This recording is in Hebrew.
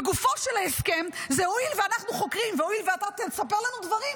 בגופו של ההסכם זה: הואיל ואנחנו חוקרים והואיל ואתה תספר לנו דברים,